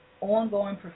ongoing